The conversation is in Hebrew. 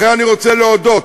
לכן אני רוצה להודות